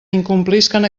incomplisquen